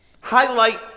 highlight